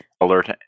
alert